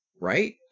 right